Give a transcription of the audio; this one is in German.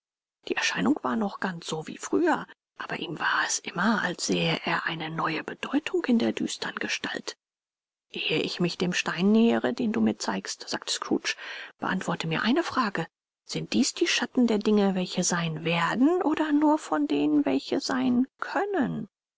die erscheinung war noch ganz so wie früher aber ihm war es immer als sähe er eine neue bedeutung in der düstern gestalt ehe ich mich dem stein nähere den du mir zeigst sagte scrooge beantworte mir eine frage sind dies die schatten der dinge welche sein werden oder nur von denen welche sein können